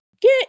get